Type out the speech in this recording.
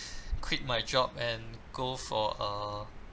quit my job and go for a